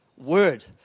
word